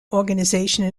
organization